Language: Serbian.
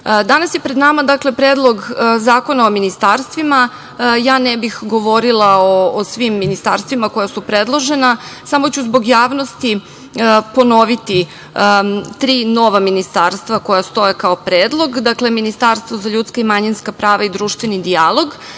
je pred nama Predlog zakona o ministarstvima, ja ne bih govorila o svim ministarstvima koja su predložena. Samo ću zbog javnosti ponoviti tri nova ministarstva koja stoje kao predlog, dakle, ministarstvo za ljudska i manjinska prava i društveni dijalog,